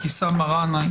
חברת הכנסת אבתיסאם מראענה,